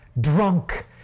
drunk